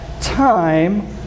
time